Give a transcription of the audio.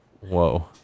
Whoa